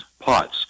pots